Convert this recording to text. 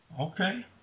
Okay